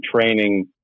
training